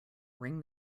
ring